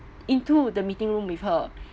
into the meeting room with her